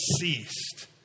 ceased